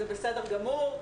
זה בסדר גמור,